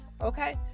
okay